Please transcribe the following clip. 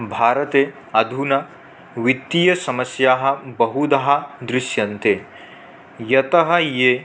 भारते अधुना वित्तीयसमस्याः बहुधा दृश्यन्ते यतः ये